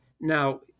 Now